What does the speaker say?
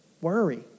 worry